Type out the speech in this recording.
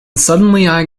suddenly